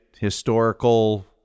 historical